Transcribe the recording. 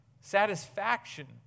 satisfaction